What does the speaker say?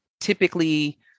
typically